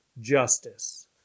justice